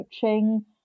coaching